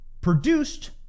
produced